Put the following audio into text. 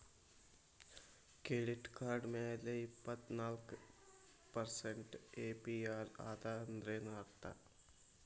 Credit card ಮ್ಯಾಲೆ ಇಪ್ಪತ್ನಾಲ್ಕ್ percent APR ಅದ ಅಂದ್ರೇನ್ ಅರ್ಥ?